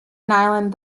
island